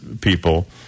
people